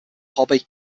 hobby